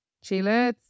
chile